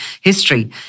history